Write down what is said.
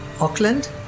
Auckland